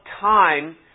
time